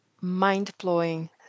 mind-blowing